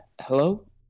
hello